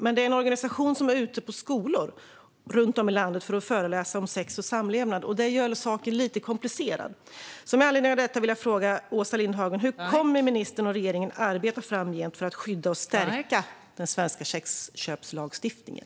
Men det är en organisation som är ute på skolor runt om i landet för att föreläsa om sex och samlevnad, och det komplicerar saken. Hur kommer ministern och regeringen att arbeta framgent för att skydda och stärka den svenska sexköpslagstiftningen?